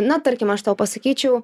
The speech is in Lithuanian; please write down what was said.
na tarkim aš tau pasakyčiau